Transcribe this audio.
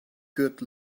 good